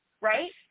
right